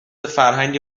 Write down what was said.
فرهنگ